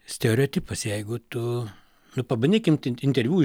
stereotipas jeigu tu nu pabandyk imt in interviu